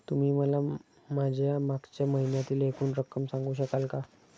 तुम्ही मला माझ्या मागच्या महिन्यातील एकूण रक्कम सांगू शकाल का?